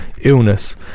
illness